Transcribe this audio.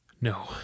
No